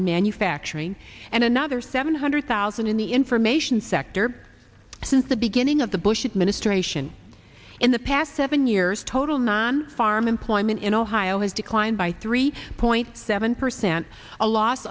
in manufacturing and another seven hundred thousand in the information sector since the beginning of the bush administration in the past seven years total non farm employment in ohio has declined by three point seven percent a loss